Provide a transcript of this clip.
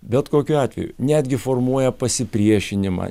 bet kokiu atveju netgi formuoja pasipriešinimą